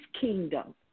kingdom